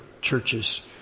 churches